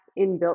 inbuilt